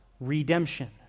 redemption